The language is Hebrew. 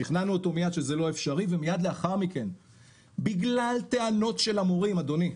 שכנענו אותו שזה לא אפשרי ומיד לאחר מכן בגלל טענות של המורים אדוני,